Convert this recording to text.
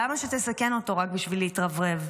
למה שתסכן אותו רק בשביל להתרברב?